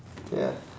ya